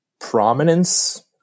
prominence